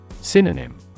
Synonym